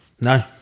no